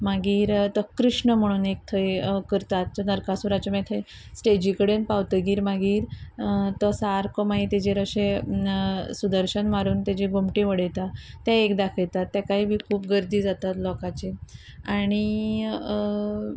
मागीर तो कृष्ण म्हणून एक थंय करतात नरकासुराचे मागीर थंय स्टेजी कडेन पावतगीर मागीर तो सारको मागीर तेजेर अशे सुदर्शन मारून तेजी घुमटी उडयता ते एक दाखयतात तेकाय बी खूब गर्दी जातात लोकांचे आनी